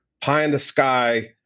pie-in-the-sky